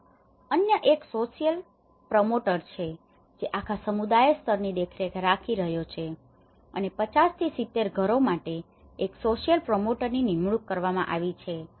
ત્યાં અન્ય એક સોસિયલ પ્રમોટર છે જે આખા સમુદાય સ્તરની દેખરેખ રાખી રહ્યો છે અને 50 થી 70 ઘરો માટે એક સોસિયલ પ્રમોટરની નિમણૂક કરવામાં આવી છે